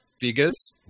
figures